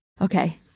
Okay